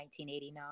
1989